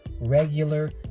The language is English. regular